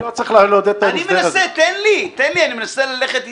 אני מנסה ללכת אתך.